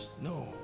No